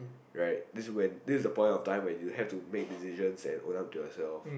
right this when this the point of time when you have to make decisions and hold up to yourself